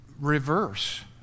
reverse